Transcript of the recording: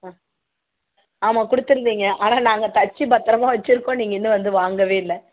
ஆ ஆமாம் கொடுத்துருந்தீங்க ஆனால் நாங்கள் தச்சு பத்ரமாக வச்சுருக்கோம் நீங்கள் இன்னும் வந்து வாங்கவே இல்லை